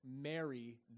marry